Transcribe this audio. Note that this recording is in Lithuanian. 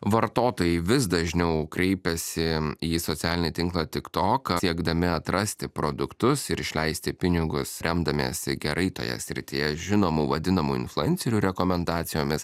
vartotojai vis dažniau kreipiasi į socialinį tinklą tik tok siekdami atrasti produktus ir išleisti pinigus remdamiesi gerai toje srityje žinomų vadinamų influencerių rekomendacijomis